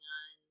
on